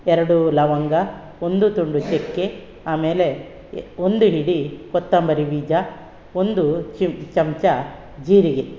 ಎರಡು ಲವಂಗ ಒಂದು ತುಂಡು ಚಕ್ಕೆ ಆಮೇಲೆ ಒಂದು ಹಿಡಿ ಕೊತ್ತಂಬರಿ ಬೀಜ ಒಂದು ಚಮಚ ಜೀರಿಗೆ